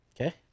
Okay